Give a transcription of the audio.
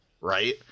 Right